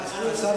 אדוני היושב-ראש,